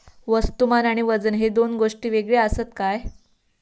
वस्तुमान आणि वजन हे दोन गोष्टी वेगळे आसत काय?